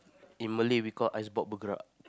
in Malay we call